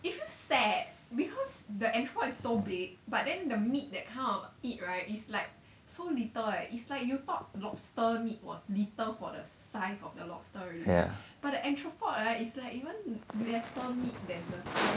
yeah